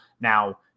Now